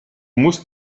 musst